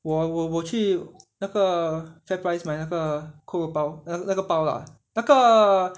我我我去那个 FairPrice 买那个扣肉包那个包啦那个